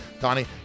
Donnie